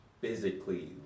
Physically